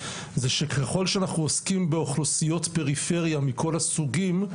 זה שככל שאנחנו עוסקים באוכלוסיות פריפריה מכל הסוגים,